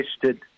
tested